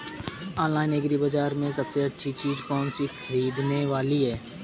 Online agri बाजार में सबसे अच्छी चीज कौन सी ख़रीदने वाली है?